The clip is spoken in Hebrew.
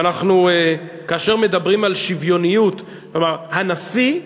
כאשר מדברים על שוויוניות, כלומר הנשיא,